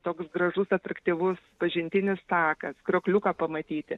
toks gražus atraktyvus pažintinis takas kriokliuką pamatyti